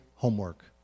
Homework